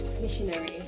Missionary